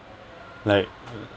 like